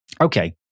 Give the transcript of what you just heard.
Okay